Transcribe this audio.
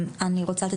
הראשונה,